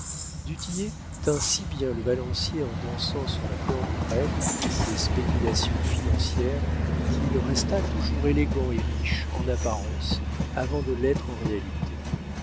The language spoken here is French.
tillet tint si bien le balancier en dansant sur la corde roide des spéculations financières qu'il resta toujours élégant et riche en apparence avant de l'être en réalité